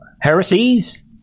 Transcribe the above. heresies